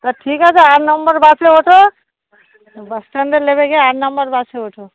তা ঠিক আছে আর নম্বর বাসে ওঠো বাসস্ট্যান্ডে নেমে গিয়ে আট নম্বর বাসে ওঠো